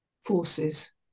forces